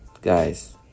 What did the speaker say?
guys